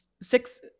six